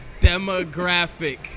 demographic